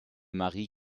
marie